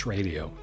Radio